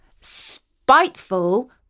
Spiteful